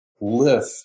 lift